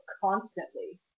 constantly